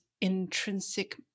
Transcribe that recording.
intrinsic